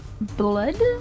blood